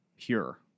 pure